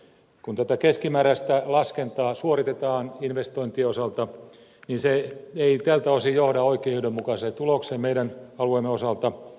kun tätä keskimääräistä laskentaa suoritetaan investoin tien osalta niin se ei tältä osin johda oikeudenmukaiseen tulokseen meidän alueemme osalta